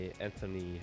Anthony